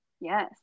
Yes